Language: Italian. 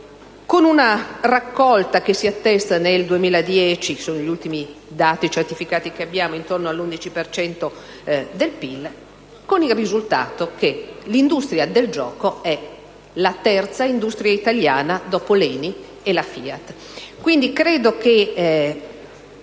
con una raccolta che si attesta nel 2010 (sono gli ultimi dati certificati che abbiamo) intorno all'11 per cento del PIL, con il risultato che l'industria del gioco è la terza industria italiana dopo l'ENI e la FIAT.